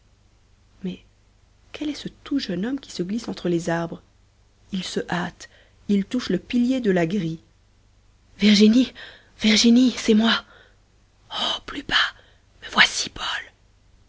mais quel est ce tout jeune homme qui se glisse entre les arbres il se hâte il touche le pilier de la grille virginie virginie c'est moi oh plus bas me voici paul